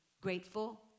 grateful